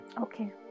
Okay